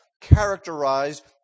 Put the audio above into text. characterized